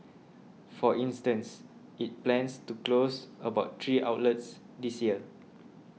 for instance it plans to close about three outlets this year